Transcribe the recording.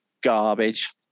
Garbage